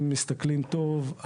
אם מסתכלים טוב,